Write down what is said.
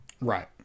Right